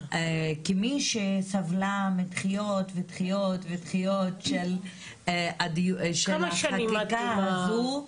כמי שסבלה מדחיות ודחיות של החקיקה הזו.